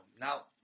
Now